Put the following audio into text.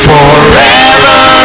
Forever